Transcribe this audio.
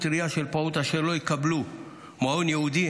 ראייה של פעוט אשר לא יקבלו מעון יום ייעודי,